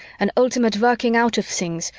an ultimate working out of things,